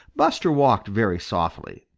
buster walked very softly.